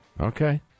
Okay